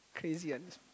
crazy ah